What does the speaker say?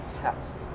test